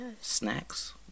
snacks